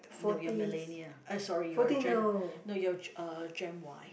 no you're millennial uh sorry you are gen no you are uh gen Y